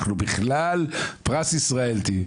אנחנו בכלל פרס ישראל תהיי.